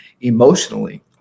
emotionally